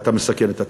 ואתה מסכן את עתידנו.